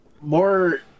more